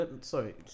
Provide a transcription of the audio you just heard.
sorry